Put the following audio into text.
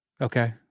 Okay